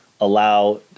allow